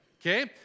okay